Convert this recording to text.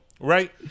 right